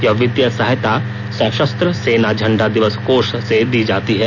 यह वित्तीय सहायता सशस्त्र सेना झंडा दिवस कोष से दी जाती है